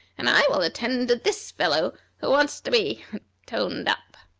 and i will attend to this fellow who wants to be toned up.